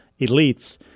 elites